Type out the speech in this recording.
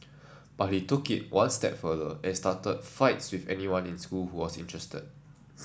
but he took it one step further and started fights with anyone in school who was interested